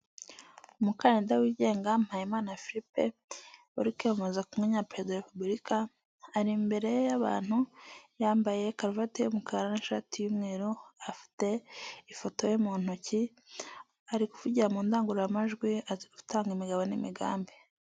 Umukandida wigenga MPAYIMANA Philipe, uri kwiyamamaza ku mwanya perezida wa Repubulika, ari imbere y'abantu yambaye karuvati y'umukara n'ishati y'umweru, afite ifoto ye mu ntoki ari kuvugira mu ndangururamajwi ari gutanga imigabo n'imigambi.